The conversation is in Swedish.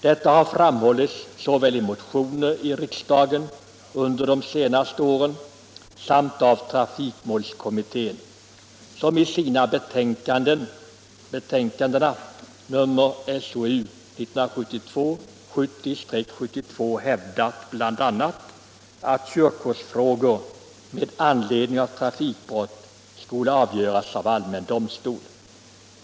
Detta har framhållits både i motioner i riksdagen under de senaste åren och av trafikmålskommittén som i sina betän kanden SOU 1972:70-72 hävdat bl.a. att körkortsfrågor med anledning av trafikbrott skall avgöras av allmän domstol.